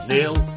Neil